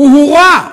הוא הורע.